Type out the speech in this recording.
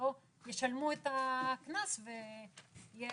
שלא ישלמו את הקנס ותהיה